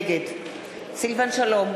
נגד סילבן שלום,